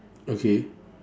okay